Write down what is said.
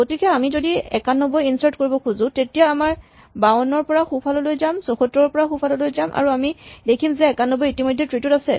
গতিকে আমি যদি ৯১ ইনচাৰ্ট কৰিব খোজো তেতিয়া আমি ৫২ৰ পৰা সোঁফাললৈ যাম ৭৪ ৰ পৰা সোঁফাললৈ যাম আৰু আমি দেখিম যে ৯১ ইতিমধ্যে ট্ৰী টোত আছে